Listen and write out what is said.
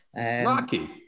Rocky